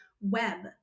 web